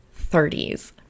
30s